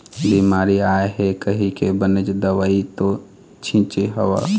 बिमारी आय हे कहिके बनेच दवई तो छिचे हव